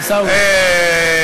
עיסאווי.